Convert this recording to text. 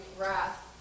wrath